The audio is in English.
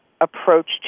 approach